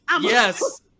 Yes